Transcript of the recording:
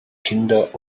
kinder